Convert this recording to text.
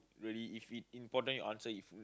really if it important you answer